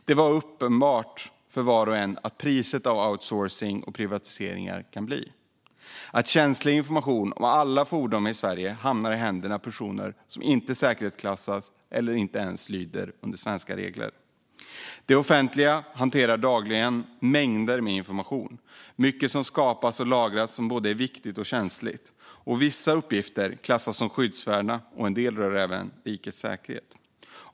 Det var uppenbart för var och en vad priset för outsourcing och privatiseringar kan bli: att känslig information om alla fordon i Sverige hamnar i händerna på personer som inte säkerhetsklassats eller ens lyder under svenska regler. Det offentliga hanterar dagligen mängder av information. Mycket av det som skapas och lagras är både viktigt och känsligt. Vissa uppgifter klassas som skyddsvärda, och en del rör även rikets säkerhet.